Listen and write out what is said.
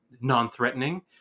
non-threatening